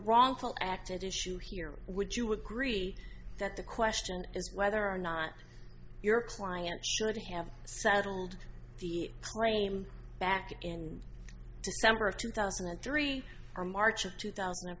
wrongful act at issue here would you agree that the question is whether or not your client should have settled the plane back in december of two thousand and three or march of two thousand and